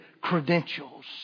credentials